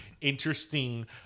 interesting